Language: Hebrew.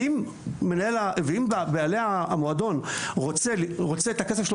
ואם בעלי המועדון רוצה את הכסף שלו